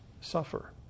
suffer